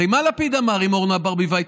הרי מה לפיד אמר עם אורנה ברביבאי?